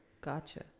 gotcha